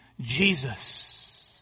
Jesus